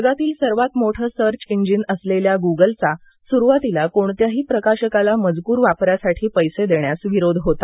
जगातील सर्वात मोठं सर्च इंजिन असलेल्या गुगलघा सुरुवातीला कोणत्याही प्रकाशकाला मजकूर वापरासाठी पैसे देण्यास विरोध होता